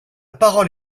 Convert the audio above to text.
parole